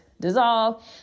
dissolve